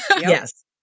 Yes